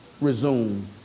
resume